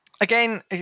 again